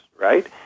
right